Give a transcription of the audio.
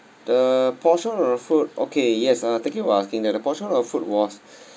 the portion of the food okay yes uh thank you for asking that the portion of the food was